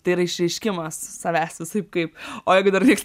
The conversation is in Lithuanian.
tai yra išreiškimas savęs visaip kaip o jeigu dar nieks